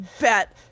Bet